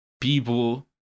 people